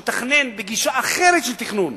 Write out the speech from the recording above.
שמתכנן בגישה אחרת של תכנון,